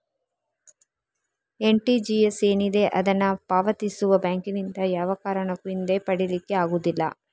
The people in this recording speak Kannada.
ಆರ್.ಟಿ.ಜಿ.ಎಸ್ ಏನಿದೆ ಅದನ್ನ ಪಾವತಿಸುವ ಬ್ಯಾಂಕಿನಿಂದ ಯಾವ ಕಾರಣಕ್ಕೂ ಹಿಂದೆ ಪಡೀಲಿಕ್ಕೆ ಆಗುದಿಲ್ಲ